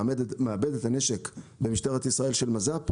מעבדת הנשק במשטרת ישראל של מז"פ.